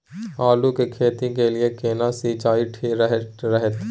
आलू की खेती के लिये केना सी सिंचाई ठीक रहतै?